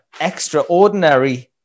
extraordinary